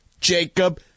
Jacob